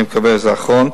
אני מקווה שזה אחרון,